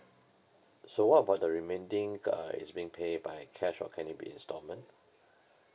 so what about the remaining uh it's being pay by cash or can it be installment